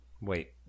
Wait